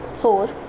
four